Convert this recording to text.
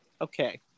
Okay